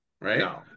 Right